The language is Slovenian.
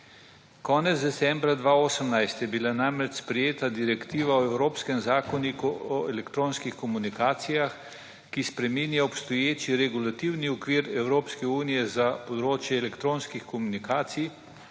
Konec decembra 2018 je bila namreč sprejeta Direktiva o Evropskem zakoniku o elektronskih komunikacijah, ki spreminja obstoječi regulativni okvir Evropske unije za področje elektronskih komunikacij